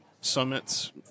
summits